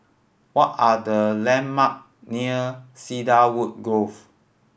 what are the landmark near Cedarwood Grove